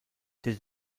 der